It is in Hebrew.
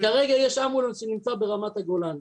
כרגע יש אמבולנס שנמצא ברמת הגולן,